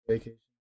Vacation